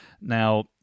Now